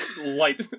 light